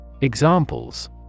Examples